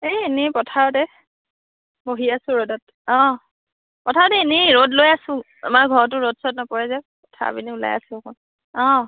এই এনেই পথাৰতে বহি আছোঁ ৰ'দত অ' পথাৰতে এনে ৰ'দ লৈ আছোঁ আমাৰ ঘৰটো ৰ'দ চদ নপৰে যে পথাৰৰ পিনে ওলাই আছোঁ অকণ অ'